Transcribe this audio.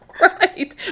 Right